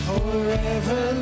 Forever